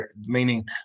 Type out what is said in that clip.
meaning